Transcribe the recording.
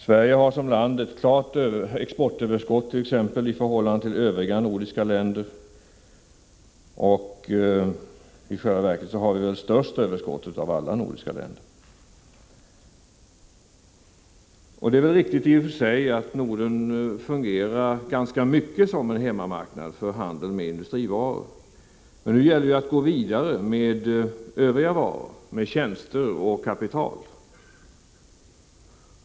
Sverige har som land ett klart exportöverskott i förhållande till övriga nordiska länder; i själva verket har vi väl störst överskott av alla nordiska länder. Det är väl i och för sig riktigt att Norden ganska mycket fungerar som en hemmamarknad för handeln med industrivaror. Men nu gäller det att gå vidare med övriga varor, med tjänster och kapital.